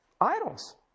Idols